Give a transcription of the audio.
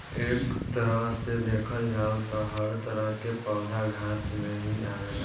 एक तरह से देखल जाव त हर तरह के पौधा घास में ही आवेला